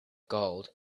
gold